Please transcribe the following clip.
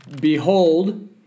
Behold